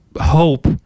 hope